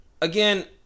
again